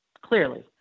Clearly